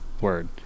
word